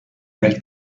nel